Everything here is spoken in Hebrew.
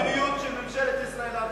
חבר הכנסת מטלון.